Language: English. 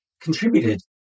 contributed